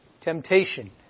temptation